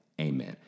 amen